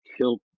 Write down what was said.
kill